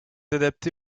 adapté